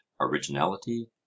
originality